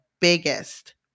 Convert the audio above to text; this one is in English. biggest